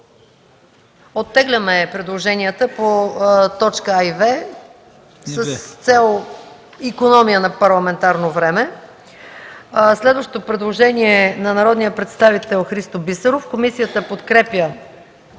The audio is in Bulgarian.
Оттегляме предложенията по подточки „а” и „в” с цел икономия на парламентарно време. Следващото предложение е от народния представител Христо Бисеров и е подкрепено